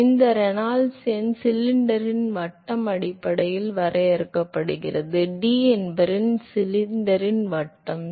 எனவே இங்கே ரெனால்ட்ஸ் எண் சிலிண்டரின் விட்டம் அடிப்படையில் வரையறுக்கப்படுகிறது D என்பது சிலிண்டரின் விட்டம்